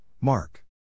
Mark